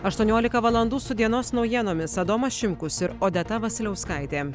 aštuoniolika valandų su dienos naujienomis adomas šimkus ir odeta vasiliauskaitė